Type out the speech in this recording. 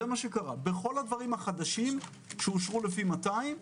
בכל הדברים החדשים שאושרו לפי 200,